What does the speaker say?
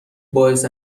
باعث